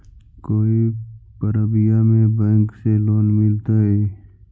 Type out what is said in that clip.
कोई परबिया में बैंक से लोन मिलतय?